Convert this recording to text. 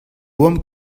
oamp